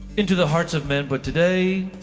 into the hearts of men but today,